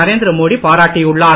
நரேந்திர மோடி பாராட்டியுள்ளார்